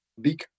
big